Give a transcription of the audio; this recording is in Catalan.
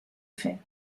fer